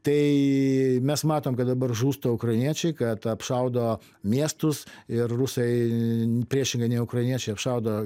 taaai mes matom kad dabar žūsta ukrainiečiai kad apšaudo miestus ir rusai priešingai nei ukrainiečiai apšaudo